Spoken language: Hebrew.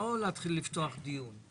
לא להתחיל לפתוח דיון.